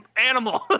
animal